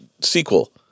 sequel